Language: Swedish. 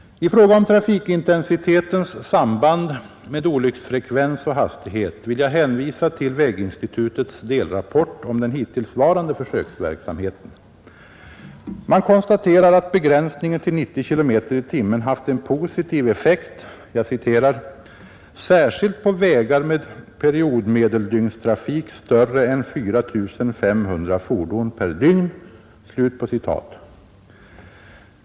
I fråga om trafikintensitetens samband med olycksfrekvens och hastighet vill jag hänvisa till väginstitutets delrapport om den hittillsvarande försöksverksamheten. Man konstaterar att begränsningen till 90 km/tim haft en positiv effekt ”särskilt på vägar med periodmedeldygnstrafik större än 4 500 fordon per dygn”.